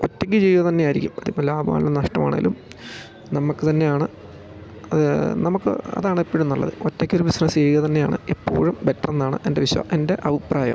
ഒറ്റയ്ക്ക് ചെയ്തു തന്നെയായിരിക്കും അതിപ്പോൾ ലാഭമാണെങ്കിലും നഷ്ടമാണെങ്കിലും നമുക്ക് തന്നെയാണ് അത് നമുക്ക് അതാണെപ്പോഴും നല്ലത് ഒറ്റയ്ക്കൊരു ബിസ്നസ്സ് ചെയ്യുക തന്നെയാണ് എപ്പോഴും ബെറ്ററെന്നാണ് എൻ്റെ എൻ്റെ അഭിപ്രായം